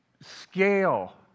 scale